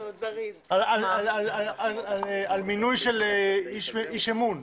על מינוי של איש אמון.